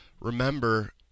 remember